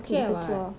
she care [what]